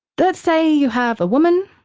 let's say you have a woman,